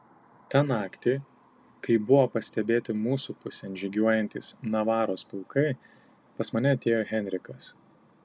tą naktį kai buvo pastebėti mūsų pusėn žygiuojantys navaros pulkai pas mane atėjo henrikas